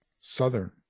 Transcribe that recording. Southern